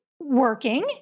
working